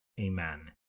amen